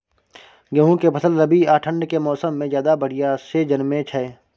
गेहूं के फसल रबी आ ठंड के मौसम में ज्यादा बढ़िया से जन्में छै?